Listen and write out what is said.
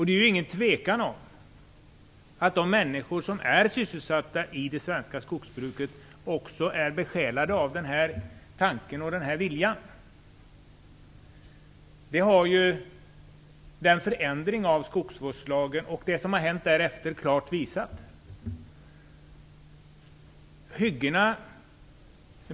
Det råder ingen tvekan om att de människor som är sysselsatta i det svenska skogsbruket också är besjälade av denna tanke och denna vilja. Det har förändringen av skogsvårdslagen och det som har hänt därefter klart visat.